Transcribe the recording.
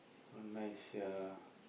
not nice sia